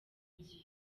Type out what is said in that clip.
gihe